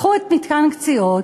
לקחו את מתקן "קציעות",